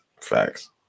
Facts